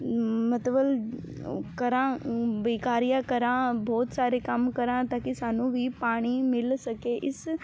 ਮਤਬਲ ਉਹ ਕਰਾਂ ਬਈ ਕਾਰਿਆਂ ਕਰਾਂ ਬਹੁਤ ਸਾਰੇ ਕੰਮ ਕਰਾਂ ਤਾਂ ਕੀ ਸਾਨੂੰ ਵੀ ਪਾਣੀ ਮਿਲ ਸਕੇ ਇਸ